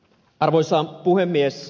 arvoisa puhemies